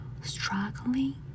struggling